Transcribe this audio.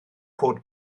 cod